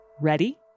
Ready